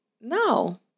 No